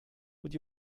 would